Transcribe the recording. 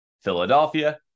Philadelphia